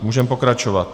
Můžeme pokračovat.